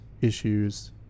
issues